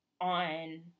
on